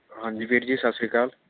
ਹਾਂਜੀ ਵੀਰ ਜੀ ਸਤਿ ਸ਼੍ਰੀ ਅਕਾਲ